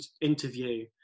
interview